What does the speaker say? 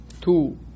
two